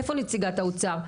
איפה נציגת האוצר?